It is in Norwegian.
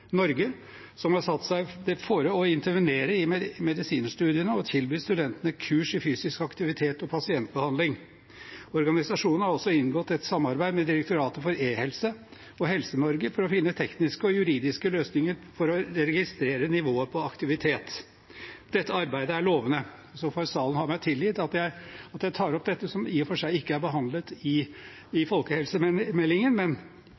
Norge, som har satt seg fore å intervenere i medisinstudiene og tilby studentene kurs i fysisk aktivitet og pasientbehandling. Organisasjonen har også inngått et samarbeid med Direktoratet for e-helse og helsenorge.no for å finne tekniske og juridiske løsninger for å registrere nivået på aktivitet. Dette arbeidet er lovende. Så får salen ha meg tilgitt at jeg tar opp dette, som i og for seg ikke er behandlet i folkehelsemeldingen – men